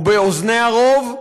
או באוזני הרוב,